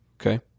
okay